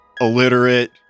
illiterate